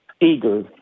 eager